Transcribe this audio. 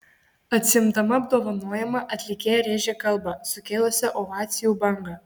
atsiimdama apdovanojimą atlikėja rėžė kalbą sukėlusią ovacijų bangą